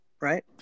right